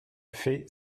fait